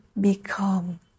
become